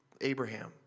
Abraham